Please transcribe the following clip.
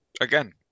again